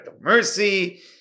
mercy